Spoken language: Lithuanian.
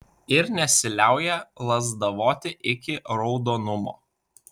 ir nesiliauja lazdavoti iki raudonumo